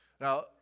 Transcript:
Now